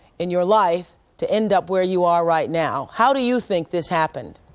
in your life, to end up where you are right now. how do you think this happened?